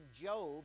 Job